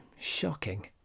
shocking